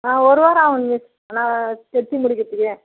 ஆ ஒரு வாரம் ஆவுங்க மிஸ் நான் தச்சு முடிக்கிறதுக்கு